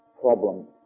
Problem